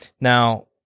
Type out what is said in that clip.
Now